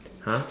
!huh!